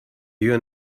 you